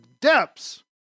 depths